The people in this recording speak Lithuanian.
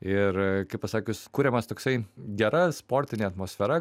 ir kaip pasakius kuriamas toksai gera sportinė atmosfera